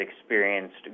experienced